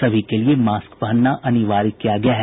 सभी के लिये मास्क पहनना अनिवार्य किया गया है